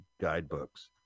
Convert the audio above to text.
guidebooks